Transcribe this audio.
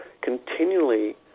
continually